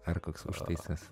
ar koks užtaisas